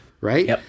right